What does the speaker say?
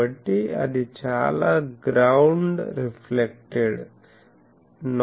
కాబట్టి అది చాలా గ్రౌండ్ రిఫ్లెక్టెడ్ నాయిస్ ని అందుకుంటుంది